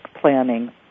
planning